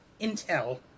intel